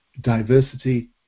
Diversity